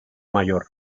mayor